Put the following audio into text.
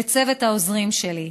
לצוות העוזרים שלי,